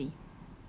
you rasa apa jadi